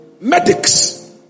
medics